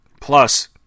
Plus